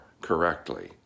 correctly